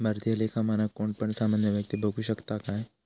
भारतीय लेखा मानक कोण पण सामान्य व्यक्ती बघु शकता काय?